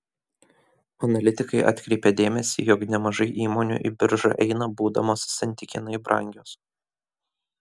analitikai atkreipia dėmesį jog nemažai įmonių į biržą eina būdamos santykinai brangios